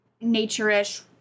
nature-ish